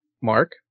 Mark